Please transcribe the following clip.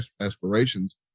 aspirations